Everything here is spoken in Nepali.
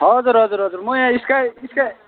हजुर हजुर हजुर म यहाँ स्काई स्काई